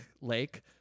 Lake